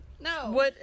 No